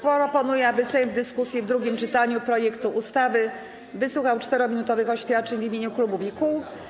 Proponuję, aby Sejm w dyskusji w drugim czytaniu projektu ustawy wysłuchał 4-minutowych oświadczeń w imieniu klubów i kół.